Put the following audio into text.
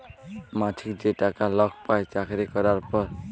মাছিক যে টাকা লক পায় চাকরি ক্যরার পর